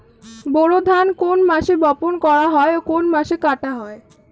বোরো ধান কোন মাসে বপন করা হয় ও কোন মাসে কাটা হয়?